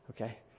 Okay